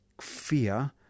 fear